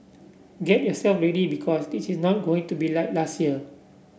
get yourself ready because this is not going to be like last year